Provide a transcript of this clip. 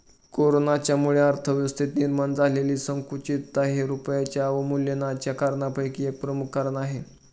कोरोनाच्यामुळे अर्थव्यवस्थेत निर्माण झालेली संकुचितता हे रुपयाच्या अवमूल्यनाच्या कारणांपैकी एक प्रमुख कारण आहे